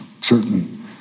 certain